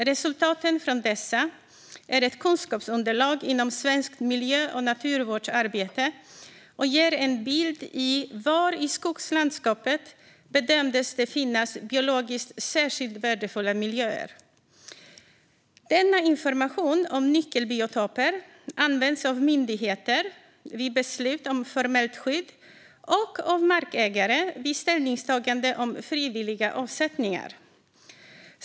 Resultaten från dessa är ett kunskapsunderlag inom svenskt miljö och naturvårdsarbete och ger en bild av var i skogslandslandskapet det bedömdes finnas biologiskt särskilt värdefulla miljöer. Denna information om nyckelbiotoper används av myndigheter vid beslut om formellt skydd och av markägare vid ställningstaganden om frivilliga avsättningar.